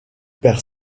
par